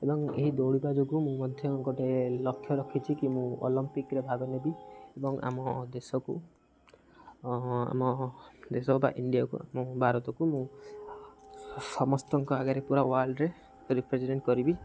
ଏବଂ ଏହି ଦୌଡ଼ିବା ଯୋଗୁଁ ମୁଁ ମଧ୍ୟ ଗୋଟେ ଲକ୍ଷ୍ୟ ରଖିଛିି କି ମୁଁ ଅଲମ୍ପିକ୍ରେ ଭାଗ ନେବି ଏବଂ ଆମ ଦେଶକୁ ଆମ ଦେଶ ବା ଇଣ୍ଡିଆକୁ ଆମ ଭାରତକୁ ମୁଁ ସମସ୍ତଙ୍କ ଆଗରେ ପୁରା ୱାଲ୍ଡରେ ରିପ୍ରେଜେଣ୍ଟ କରିବି